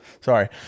Sorry